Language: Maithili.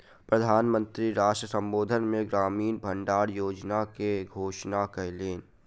प्रधान मंत्री राष्ट्र संबोधन मे ग्रामीण भण्डार योजना के घोषणा कयलैन